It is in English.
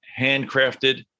handcrafted